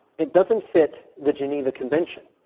it doesn't fit the geneva convention.